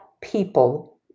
people